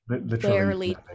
barely